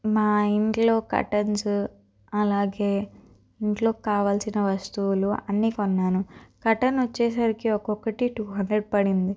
మా ఇంట్లో కర్టెన్సు అలాగే ఇంట్లోకి కావలసిన వస్తువులు అన్నీ కొన్నాను కర్టెన్ వచ్చేసరికి ఒకొక్కటి టూ హండ్రెడ్ పడింది